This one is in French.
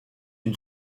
une